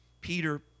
Peter